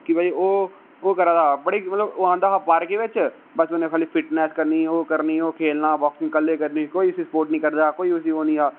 कि भाई ओह् करा दा हा बड़ी मतलब ओह् आंदा हा पार्के बिच उनें खाली फिटनस करनी ओह् खेलना बाक्सिंग कल्ले करनी कोई उसी स्पोट नेईं हा करदा कोई उसी ओह् नेईं हा